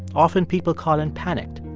often, people call in panicked.